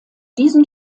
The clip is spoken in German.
diesen